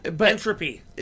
Entropy